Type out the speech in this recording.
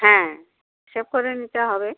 হ্যাঁ হিসেবে করে নিতে হবে